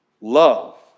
love